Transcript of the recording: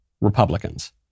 Republicans